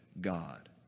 God